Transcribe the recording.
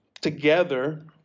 Together